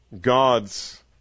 God's